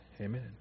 Amen